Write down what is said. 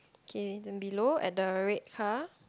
okay then below at the red car